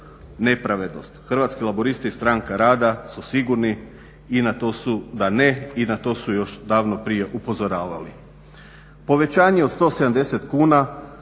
Hrvatski umirovljenici stranka rada su sigurni i na to su još davno prije upozoravali.